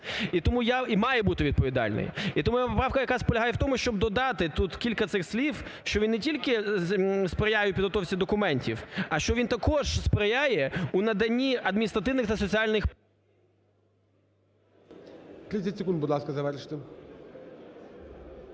І тому я... І має бути відповідальний. І тому моя поправка як раз полягає в тому, щоб додати тут кілька цих слів, що він не тільки сприяє підготовці документів, а що він також сприяє у наданні адміністративних та соціальних… ГОЛОВУЮЧИЙ. 30 секунд, будь ласка, завершити.